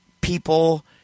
people